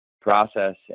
process